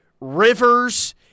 Rivers